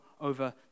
over